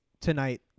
tonight